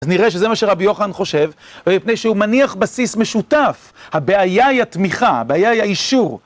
אז נראה שזה מה שרבי יוחנן חושב, בפני שהוא מניח בסיס משותף. הבעיה היא התמיכה, הבעיה היא האישור.